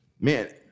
man